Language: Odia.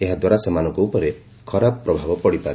ଏହାଦ୍ୱାରା ସେମାନଙ୍କ ଉପରେ ଖରାପ ପ୍ରଭାବ ପଡ଼ିପାରେ